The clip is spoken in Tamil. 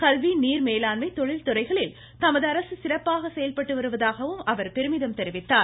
கல்வி நீர் மேலாண்மை தொழில்துறைகளில் தமது அரசு சிறப்பாக செயல்பட்டு வருவதாகவும் அவர் பெருமிதம் தெரிவித்தார்